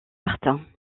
martin